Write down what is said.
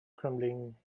crumbling